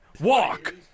Walk